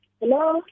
Hello